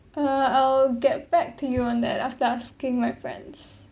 uh I'll get back to you on that after asking my friends